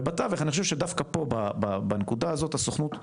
ובתווך, אני חושב שדווקא פה בנקודה הזאת הסוכנות,